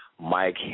Mike